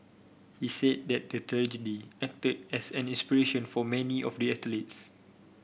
he said the tragedy acted as an inspiration for many of the athletes